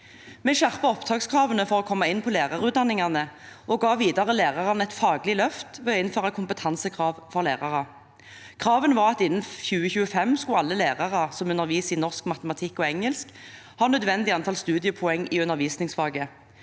Vi skjerpet opptakskravene for å komme inn på lærerutdanningene og ga videre lærerne et faglig løft ved å innføre kompetansekrav for lærere. Kravene var at innen 2025 skulle alle lærere som underviser i norsk, matematikk og engelsk, ha et nødvendig antall studiepoeng i undervisningsfaget,